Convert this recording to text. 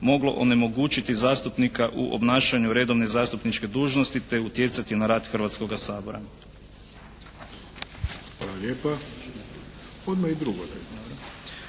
moglo onemogućiti zastupnika u obnašanju redovne zastupničke dužnosti, te utjecati na rad Hrvatskoga sabora.